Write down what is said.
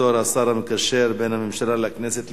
בתור השר המקשר בין הממשלה לכנסת,